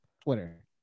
Twitter